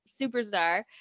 superstar